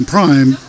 Prime